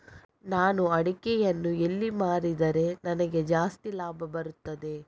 ನಾನು ಅಡಿಕೆಯನ್ನು ಎಲ್ಲಿ ಮಾರಿದರೆ ನನಗೆ ಜಾಸ್ತಿ ಲಾಭ ಬರುತ್ತದೆ?